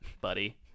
buddy